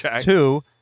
Two